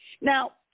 Now